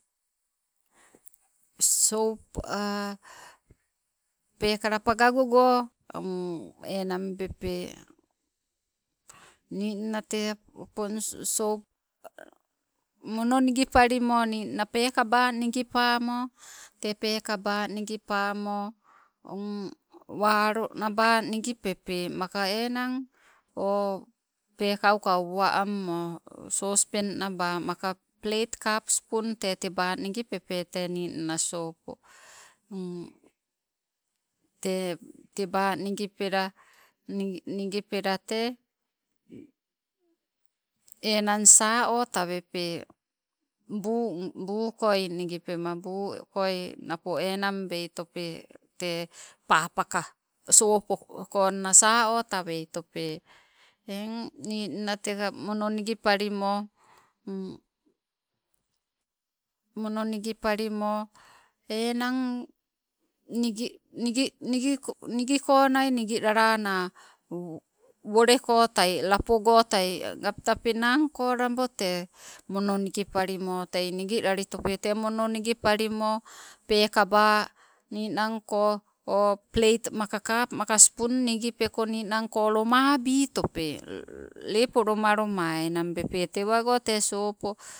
Sop peekala pawagogo enang bepe, ninna tee opong sop mono nigi palimo, ninna pekaba mo. Tee peekaba nigiba mo walonaba nigipepe maka enang oh, pekauka uwa ammo sospen naba, maka pleit kap spun tee teba nigipepe tee ninna sopo. Tee teba nigipela, nigi nigipela, tee enang sa otawepe buu n, buu koi nigipema, buu koi napo enang beitope, tee papaka sopoko nna sa otaweitope, eng ninna teka, mono nigipalimo mono nigipalimo enang nigi nigi nigi nigikonai nigilalana, wolekotai lapo goita agabeta penna ko labo tee mono nigipalimo tei nigilalitope tee mono nigipalimo pekaba ninangko, o pleit maka kap maka spun nigipeko ninangko lomabitope, lepo, loma loma enambepe tewago tee sopo